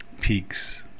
peaks